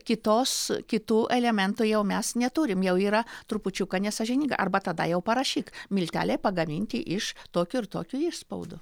kitos kitų elementų jau mes neturim jau yra trupučiuką nesąžininga arba tada jau parašyk milteliai pagaminti iš tokių ir tokių išspaudų